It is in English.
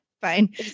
fine